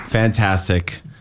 Fantastic